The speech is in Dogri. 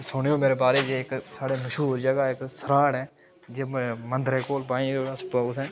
ते सुनेओ मेरे बारै जे इक साढ़े मश्हूर जगह् इक सराह्ड़ ऐ जे मंदरै कोल बाईं रस्प उत्थै